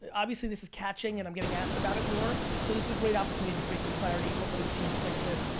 obviously this is catching and i'm getting asked about it more, so this is a great opportunity to create some clarity. hopefully the team clicks this.